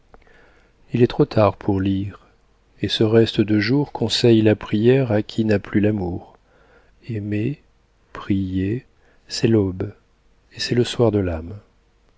il est trop tard pour lire et ce reste de jour conseille la prière à qui n'a plus l'amour aimer prier c'est l'aube et c'est le soir de l'âme